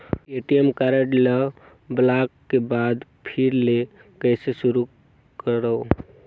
ATM card ल block के बाद फिर ले कइसे शुरू करव?